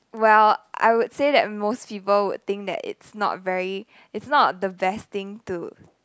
well I would say that most people would think that it's not very it's not the best thing to